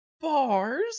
Bars